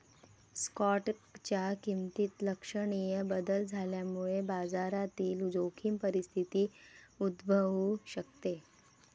स्टॉकच्या किमतीत लक्षणीय बदल झाल्यामुळे बाजारातील जोखीम परिस्थिती उद्भवू शकते